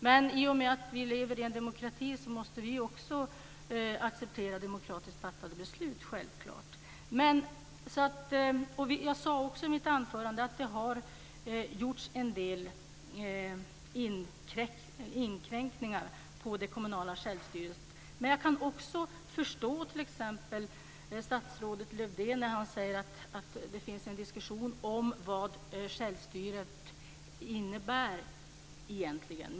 Men eftersom vi lever i en demokrati måste vi självklart också acceptera demokratiskt fattade beslut. Jag sade också i mitt anförande att man har inkräktat på den kommunala självstyrelsen. Men jag kan förstå t.ex. statsrådet Lövdén när han säger att det finns en diskussion om vad självstyrelsen egentligen innebär.